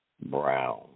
Brown